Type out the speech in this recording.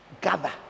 gather